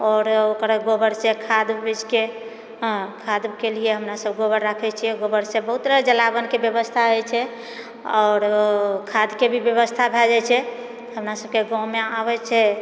आओर ओकर गोबरसँ खाद्य बेचके हँ खाद्यके लिए हमरासभ गोबर राखए छिऐ गोबरसँ बहुत तरह जलाओनके व्यवस्था होइत छै आओर खाद्यके भी व्यवस्था भए जाइत छै हमरा सभकेँ गाँवमे आबैत छै